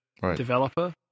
developer